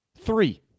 Three